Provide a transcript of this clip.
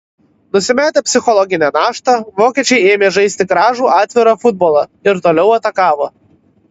nusimetę psichologinę naštą vokiečiai ėmė žaisti gražų atvirą futbolą ir toliau atakavo